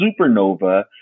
supernova